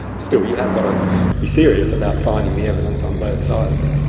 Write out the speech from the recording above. still you have got to be serious about finding the evidence on both sides.